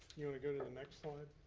you wanna go to the next slide?